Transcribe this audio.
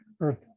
earth